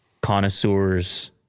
connoisseurs